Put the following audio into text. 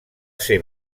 ser